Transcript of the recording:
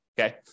Okay